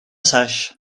saix